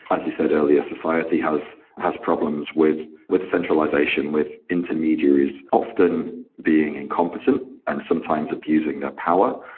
as you said earlier, society has has problems with with centralization, with intermediaries often being incompetent and sometimes abusing their power.